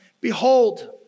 behold